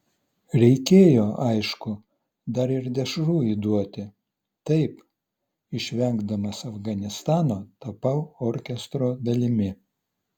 reikėjo aišku dar ir dešrų įduoti taip išvengdamas afganistano tapau orkestro dalimi